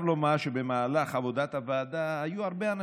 בעיניי לא מספיק, אבל